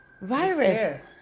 virus